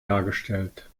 dargestellt